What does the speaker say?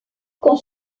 qu’on